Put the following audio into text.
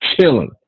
chilling